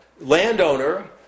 landowner